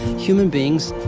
human beings.